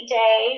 day